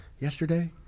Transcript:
yesterday